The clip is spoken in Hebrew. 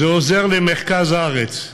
זה עוזר למרכז הארץ,